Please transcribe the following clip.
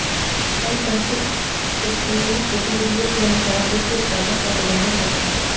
अनुशंसित कृषि गतिविधियों के अनुसार कृषि उत्पादन का प्रबंधन करना